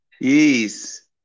Yes